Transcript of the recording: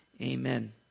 Amen